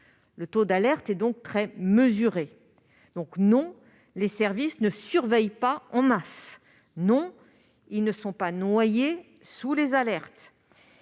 Le taux d'alerte est donc très mesuré. Non, les services ne surveillent pas en masse ; non, ils ne sont pas noyés sous les alertes.